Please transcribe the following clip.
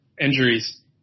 injuries